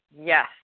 yes